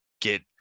get